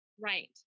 Right